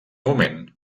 moment